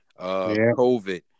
COVID